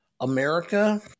America